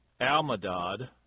Almadad